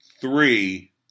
Three